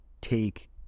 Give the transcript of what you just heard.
take